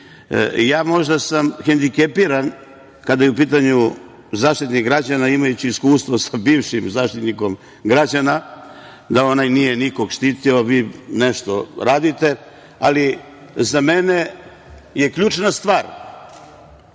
Srbiji. Možda sam hendikepiran kada je u pitanju Zaštitnik građana, imajući iskustvo sa bivšim Zaštitnikom građana, da onaj nikoga nije štitio, vi nešto radite. Za mene je ključna stvar